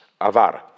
Avar